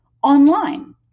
online